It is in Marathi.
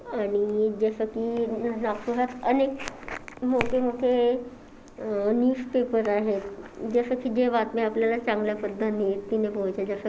आणि जसंकी नागपुरात अनेक मोठे मोठे न्यूजपेपर आहेत जसंकी जे बातम्या आपल्याला चांगल्या पद्धतीने पोचतात